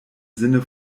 sinne